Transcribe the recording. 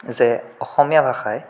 যে অসমীয়া ভাষাই